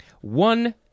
One